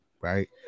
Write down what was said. right